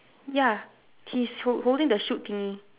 ya he's hol~ holding the shoot thingy